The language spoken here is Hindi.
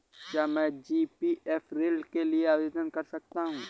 क्या मैं जी.पी.एफ ऋण के लिए आवेदन कर सकता हूँ?